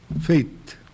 Faith